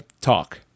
talk